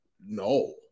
No